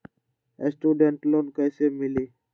Student loan कैसे मिली?